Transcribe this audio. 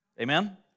Amen